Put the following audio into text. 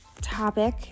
topic